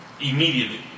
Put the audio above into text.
Immediately